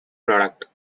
product